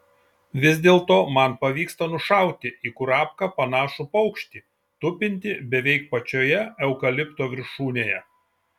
vis dėlto man pavyksta nušauti į kurapką panašų paukštį tupintį beveik pačioje eukalipto viršūnėje